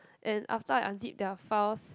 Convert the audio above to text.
and after I unzip their files